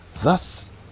thus